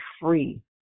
free